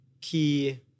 key